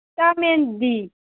vitamin B